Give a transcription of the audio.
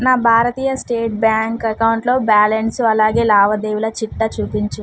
నా భారతీయ state bank అకౌంటులో బ్యాలన్సు అలాగే లావాదేవీల చిట్టా చూపించు